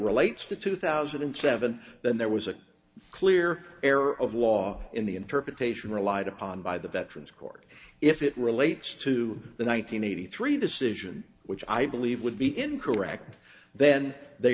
relates to two thousand and seven then there was a clear error of law in the interpretation relied upon by the veterans court if it relates to the one nine hundred eighty three decision which i believe would be incorrect then they